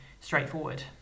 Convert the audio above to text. straightforward